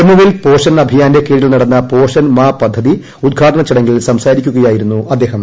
ജമ്മുവിൽ പോഷൺ അഭിയാന്റെ കീഴിൽ നടന്ന പോഷണ്ണി മ്യാ പദ്ധതി ഉദ്ഘാടന ചടങ്ങിൽ സംസാരിക്കുകയായിരുന്നു അദ്ദേഹം